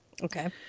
Okay